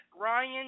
Ryan